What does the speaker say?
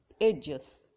edges